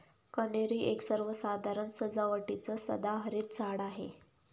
कन्हेरी एक सर्वसाधारण सजावटीचं सदाहरित झाड आहे